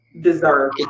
deserve